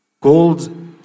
Gold